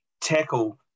tackle